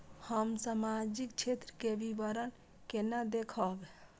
हम सामाजिक क्षेत्र के विवरण केना देखब?